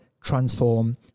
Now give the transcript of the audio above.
transform